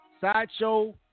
Sideshow